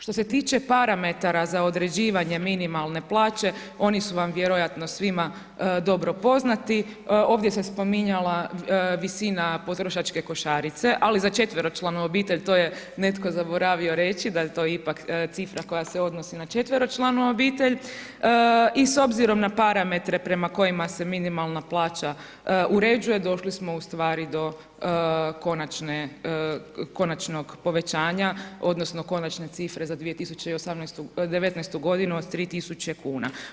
Što se tiče parametara za određivanje minimalne plaće, oni su vam vjerojatno svima dobro poznati, ovdje se spominjala visina potrošačke košarice ali za četveročlanu obitelj, to je netko zaboravio reći, da je to ipak cifra koja se odnosi na četveročlanu obitelj, i s obzirom na parametre prema kojima se minimalna plaća uređuje, došli smo ustvari do konačne, konačnog povećanja, odnosno konačne cifre za 2019. godinu od 3000 kuna.